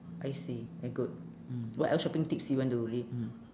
I see very good mm what else shopping tips you want to re~ mm